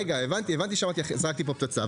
הבנתי שזרקתי פה פצצה,